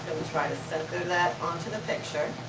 try to center that onto the picture.